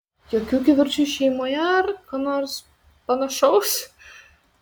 jokių kivirčų šeimoje ar ko nors panašaus